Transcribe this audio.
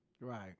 Right